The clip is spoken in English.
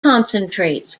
concentrates